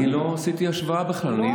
אני לא עשיתי השוואה בכלל.